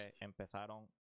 empezaron